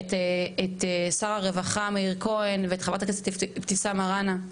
את שר הרווחה מאיר כהן ואת חברת הכנסת אבתיסאם מראענה,